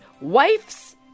wife's